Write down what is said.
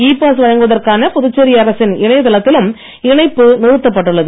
இ pass வழங்குவதற்கான புதுச்சேரி அரசின் இணையதளத்திலும் இணைப்பு நிறுத்தப் பட்டுள்ளது